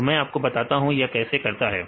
तो मैं आपको बताता हूं यह कैसे करते हैं